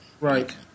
Right